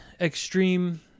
extreme